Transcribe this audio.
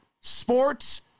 Sports